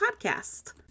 podcast